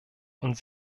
und